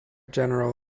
general